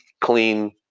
clean